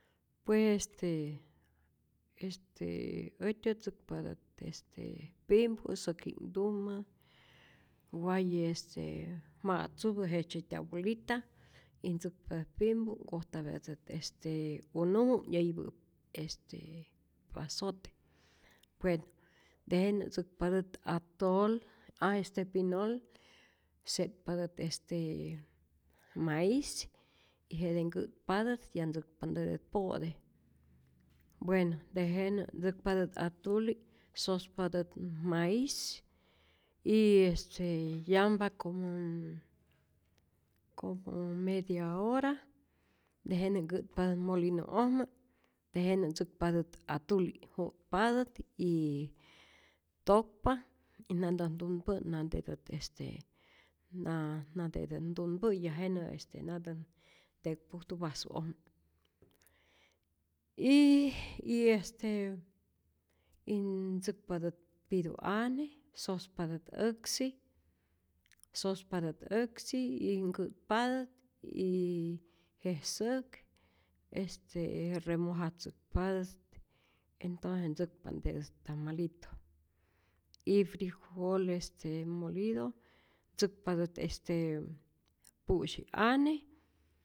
Pues este este äjtyät ntzäkpatät pimpu säkji'knhtumä, waye estevma'tzupä jejtzyeta' bolita y ntzäkpatät pimpu, nkojtapyatät unumu'k, nyayipä este pasote, bueno tejenä ntzäkpatät atol, a este pinol, se'tpatät estee maiz y jete nkä'tpatät ya ntzäkpa'ntete po'te, bueno tejenä ntzäkpatät atuli sospatät m maiz y este yampa como en como media hora, tejenä nkä'tpatät molinu'ojmä, ntejenä ntzäkpatät atuli, ju'tpatät y tokpa y nantät ntunpä' nantätät este na nantätät ntunpä' ya jenä este nantät ntekpuktu vasu'ojmä, y y este y tzäkpatät pituane, sospatät äksi, sospatät äksi y nkä'tpatät y je syäk este remojatzäkpatät, entonce ntzäkpa'ntetät tamalito, y frijol este molido ntzäkpatät este pu'syiane.